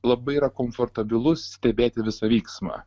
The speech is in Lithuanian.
labai yra komfortabilus stebėti visą vyksmą